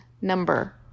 number